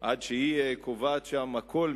עד שהיא קובעת שם הכול,